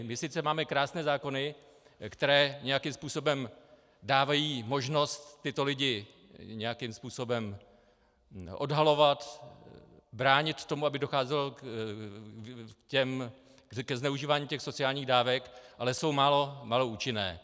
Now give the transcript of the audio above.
My sice máme krásné zákony, které nějakým způsobem dávají možnost tyto lidi nějakým způsobem odhalovat, bránit tomu, aby nedocházelo ke zneužívání sociálních dávek, ale jsou málo účinné.